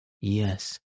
Yes